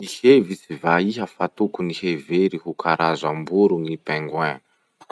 Mihevitsy va iha fa tokony hevery ho karazam-boro ny pinguoins?